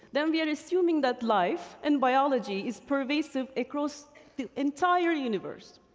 then we are assuming that life and biology is pervasive across the entire universe,